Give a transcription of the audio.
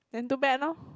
then too bad lor